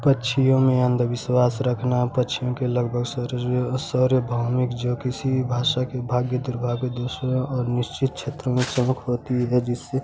पक्षियों में अंधविश्वास रखना पक्षियों के लगभग सर सार्वभौमिक जो किसी भाषा के भाग्य दुर्भाग्य दोषों और निश्चित क्षेत्रों में प्रमुख होती है जिससे